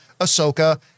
Ahsoka